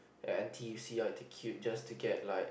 n_t_u_c uh the queue just to get like